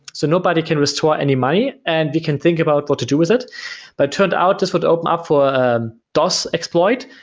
so nobody can restore any money and we can think about what to do with it it but turned out this would open up for dos exploit.